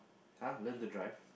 uh learn to drive